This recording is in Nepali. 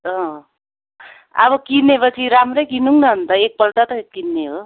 अँ अब किन्योपछि राम्रै किनौँ न अन्त एकपल्ट त किन्ने हो